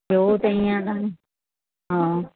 थोरो त ईअं कनि हा